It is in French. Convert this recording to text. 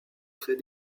très